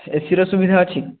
ଏସିର ସୁବିଧା ଅଛି